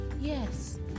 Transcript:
Yes